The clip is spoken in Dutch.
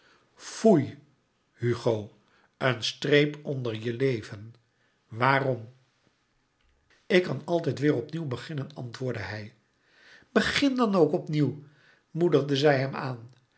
foei hugo een streep onder je leven waarom ik kan altijd weêr opnieuw beginnen antwoordde hij begin dan ook opnieuw moedigde zij hem aan